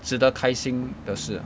值得开心的事